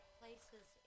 places